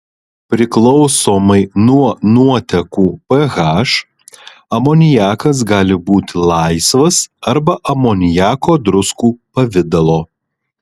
priklausomai nuo nuotekų ph amoniakas gali būti laisvas arba amoniako druskų pavidalo